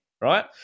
Right